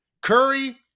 Curry